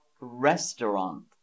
restaurant